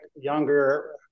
younger